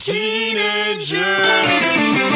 Teenagers